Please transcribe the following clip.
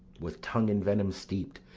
with tongue in venom steep'd,